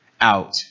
out